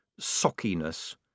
sockiness